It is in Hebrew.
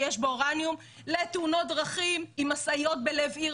שיש בו אורניום לתאונות דרכים עם משאיות בלב עיר,